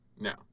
no